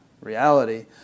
reality